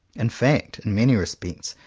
in fact, in many respects,